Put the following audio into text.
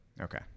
Okay